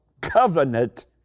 covenant